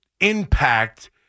impact